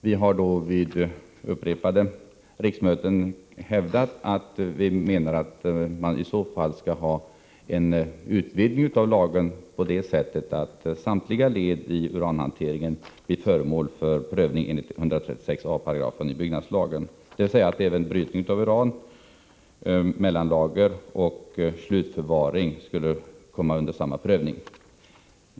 Vi har under flera riksmöten hävdat att lagen borde utvidgas så att samtliga led i uranhanteringen blir föremål för prövning enligt 136 a § byggnadslagen, dvs. att även brytning av uran, mellanlagring och slutförvaring skall prövas.